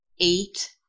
eight